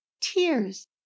tears